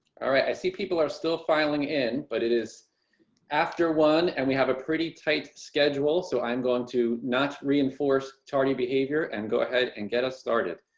alright, i see people are still filing in but it is after one and we have a pretty tight schedule. so i'm going to not reinforce tardy behavior and go ahead and get started.